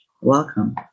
Welcome